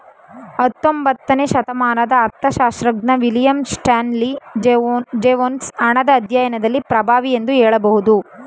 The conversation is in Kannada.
ಹತ್ತೊಂಬತ್ತನೇ ಶತಮಾನದ ಅರ್ಥಶಾಸ್ತ್ರಜ್ಞ ವಿಲಿಯಂ ಸ್ಟಾನ್ಲಿ ಜೇವೊನ್ಸ್ ಹಣದ ಅಧ್ಯಾಯದಲ್ಲಿ ಪ್ರಭಾವಿ ಎಂದು ಹೇಳಬಹುದು